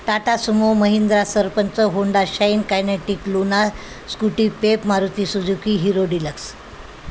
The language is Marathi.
Tata Sumo Mahindra Sarpanch Honda Shine Kinetic Luna Scooty Pep Maruti Suzuki Hero deluxe